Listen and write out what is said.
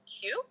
cute